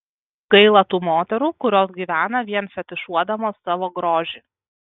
gaila tų moterų kurios gyvena vien fetišuodamos savo grožį